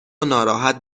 ناراحت